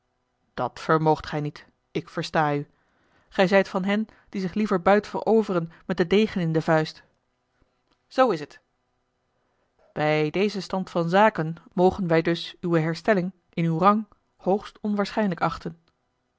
dat vermoogt gij niet ik versta u gij zijt van hen die zich liever buit veroveren met den degen in de vuist zoo is het bij dezen stand van zaken mogen wij dus uwe herstelling in uw rang hoogst onwaarschijnlijk achten